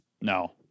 No